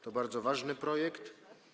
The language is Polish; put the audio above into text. To bardzo ważny projekt.